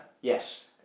Yes